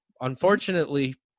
Unfortunately